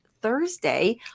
Thursday